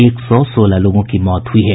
एक सौ सोलह लोगों की मौत हुयी है